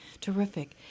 Terrific